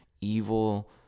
evil